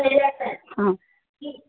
आ